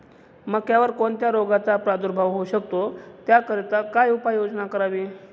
मक्यावर कोणत्या रोगाचा प्रादुर्भाव होऊ शकतो? त्याकरिता काय उपाययोजना करावी?